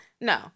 No